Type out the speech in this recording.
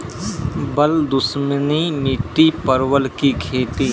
बल दुश्मनी मिट्टी परवल की खेती?